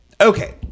Okay